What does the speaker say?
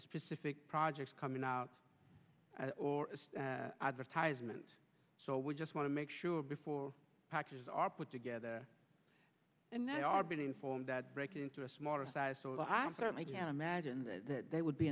specific projects coming out or advertisements so we just want to make sure before patches are put together and they are been informed that break into a smaller size so i certainly can't imagine that they would be